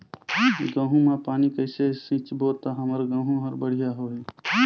गहूं म पानी कइसे सिंचबो ता हमर गहूं हर बढ़िया होही?